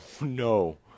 no